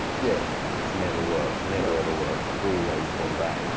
yeah. and it's never worked never, ever worked. he's always gone back.